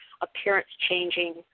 appearance-changing